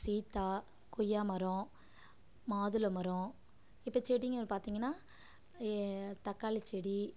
சீத்தா கொய்யா மரம் மாதுளை மரம் இப்போ செடிங்க ஒரு பார்த்திங்கன்னா தக்காளி செடி